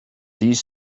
these